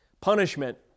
Punishment